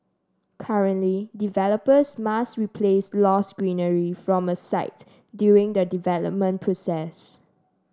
currently developers must replace lost greenery from a site during the development process